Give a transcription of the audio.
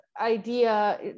idea